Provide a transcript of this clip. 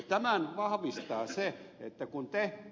tämän vahvistaa se että kun te ed